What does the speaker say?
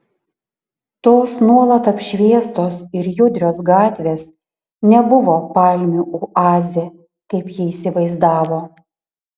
tos nuolat apšviestos ir judrios gatvės nebuvo palmių oazė kaip ji įsivaizdavo